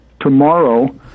tomorrow